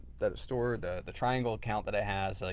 that it stored, the the triangle count that it has.